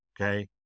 okay